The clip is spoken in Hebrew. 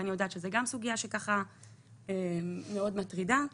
אני יודעת שזאת סוגיה שמטרידה מאוד.